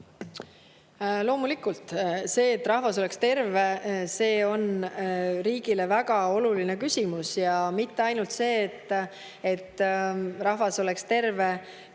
Loomulikult. See, et rahvas oleks terve, on riigile väga oluline. Ja mitte ainult see, et rahvas oleks terve